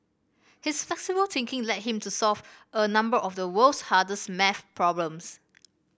his flexible thinking led him to solve a number of the world's hardest maths problems